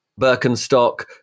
Birkenstock